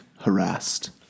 harassed